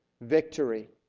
victory